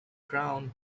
crown